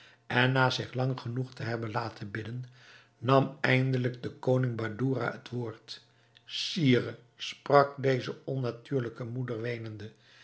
en na zich lang genoeg te hebben laten bidden nam eindelijk de koningin badoura het woord sire sprak deze onnatuurlijke moeder weenende